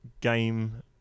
game